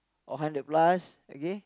or hundred plus okay